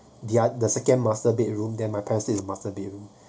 their the second master bedroom then my parents stay in master bedroom